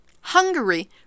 Hungary